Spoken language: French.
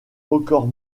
records